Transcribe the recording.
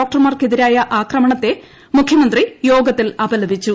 ഡോക്ടർമാർക്കെതിരായ ആക്രമണത്തെ മുഖ്യമന്ത്രി യോഗത്തിൽ അപലപിച്ചു